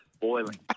Boiling